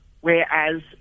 whereas